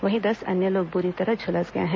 वहीं दस अन्य लोग बुरी तरह झुलस गए हैं